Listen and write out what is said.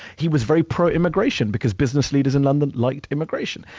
he was very pro-immigration, because business leaders in london liked immigration.